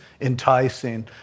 enticing